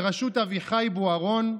בראשות אביחי בוארון,